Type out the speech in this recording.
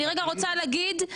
אני רגע רוצה להגיד,